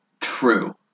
true